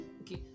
okay